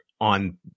on